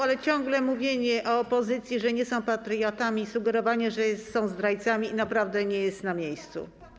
Ale ciągłe mówienie o opozycji, że nie są patriotami, i sugerowanie, że są zdrajcami, naprawdę nie jest na miejscu.